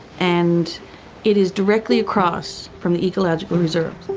and it is directly across from the ecological reserve.